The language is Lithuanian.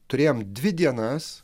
turėjom dvi dienas